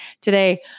today